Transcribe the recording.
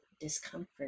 discomfort